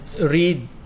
read